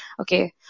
Okay